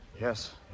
Yes